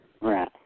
Right